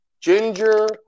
ginger